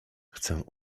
chcę